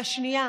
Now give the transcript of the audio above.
והאחרת,